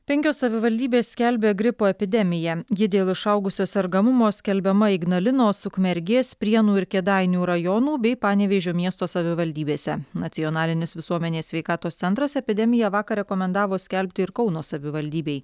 penkios savivaldybės skelbia gripo epidemiją ji dėl išaugusio sergamumo skelbiama ignalinos ukmergės prienų ir kėdainių rajonų bei panevėžio miesto savivaldybėse nacionalinis visuomenės sveikatos centras epidemiją vakar rekomendavo skelbti ir kauno savivaldybei